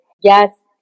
Yes